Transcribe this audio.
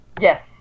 Yes